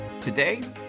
Today